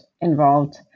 involved